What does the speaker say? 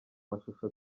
mashusho